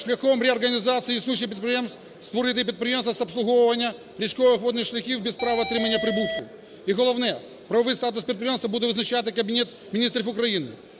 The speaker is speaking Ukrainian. шляхом реорганізації існуючих підприємств створити підприємство з обслуговування річкових водних шляхів без права отримання прибутку. І головне, правовий статус підприємства буде визначати Кабінет Міністрів України.